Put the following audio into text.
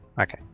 okay